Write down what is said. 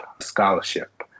scholarship